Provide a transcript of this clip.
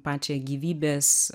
pačią gyvybės